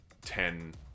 ten